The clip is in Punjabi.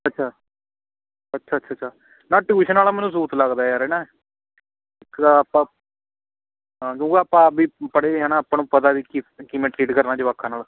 ਅੱਛਾ ਅੱਛਾ ਅੱਛਾ ਅੱਛਾ ਨਾ ਟਿਊਸ਼ਨ ਵਾਲਾ ਮੈਨੂੰ ਸੂਤ ਲੱਗਦਾ ਯਾਰ ਹੈ ਨਾ ਇਕ ਆਪਾਂ ਹਾਂ ਦੂਜਾ ਆਪਾਂ ਵੀ ਪੜ੍ਹੇ ਹਾਂ ਨਾ ਆਪਾਂ ਨੂੰ ਪਤਾ ਵੀ ਕਿਵੇਂ ਟ੍ਰੀਟ ਕਰਨਾ ਜਵਾਕਾਂ ਨਾਲ